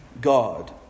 God